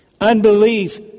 Unbelief